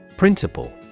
Principle